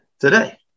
today